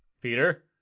Peter